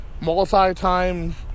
multi-time